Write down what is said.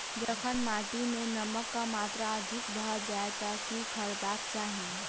जखन माटि मे नमक कऽ मात्रा अधिक भऽ जाय तऽ की करबाक चाहि?